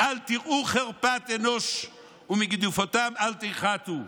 אל תיראו חרפת אנוש ומִגִּדֻּפֹתָם אל תֵחתו,